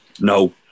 No